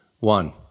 One